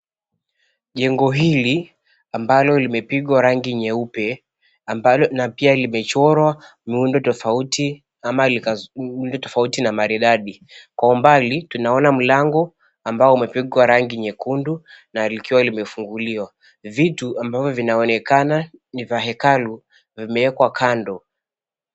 Jengo hili ambalo limepigwa rangi nyeupe na pia limechorwa miundo tofauti na maridadi. Kwa umbali tunaona mlango ambao umepigwa rangi nyekundu na likiwa limefunguliwa. Vitu ambavyo vinaonekana ni vya hekalu vimeekwa kando.